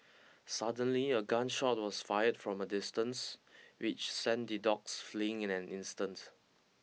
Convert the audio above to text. suddenly a gun shot was fired from a distance which sent the dogs fleeing in an instant